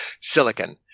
silicon